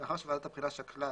לאחר שוועדת הבחינה שקלה,